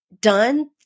done